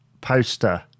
poster